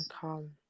come